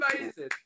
Amazing